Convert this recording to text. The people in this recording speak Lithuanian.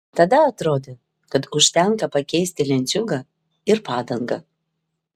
tada atrodė kad užtenka pakeisti lenciūgą ir padangą